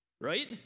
Right